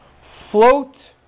Float